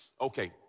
Okay